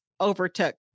overtook